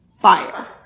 fire